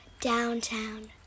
Downtown